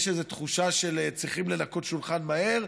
יש איזה תחושה שצריכים לנקות שולחן מהר,